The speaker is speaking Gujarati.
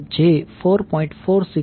933 J 4